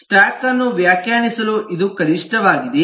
stock ಅನ್ನು ವ್ಯಾಖ್ಯಾನಿಸಲು ಇದು ಕನಿಷ್ಠವಾಗಿದೆ